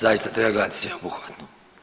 Zaista treba gledati sveobuhvatno.